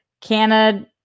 canada